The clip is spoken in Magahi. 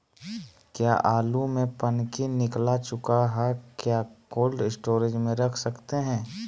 क्या आलु में पनकी निकला चुका हा क्या कोल्ड स्टोरेज में रख सकते हैं?